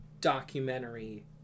documentary